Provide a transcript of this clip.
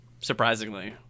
surprisingly